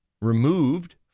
removed